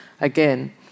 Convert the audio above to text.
again